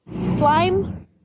slime